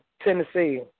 Tennessee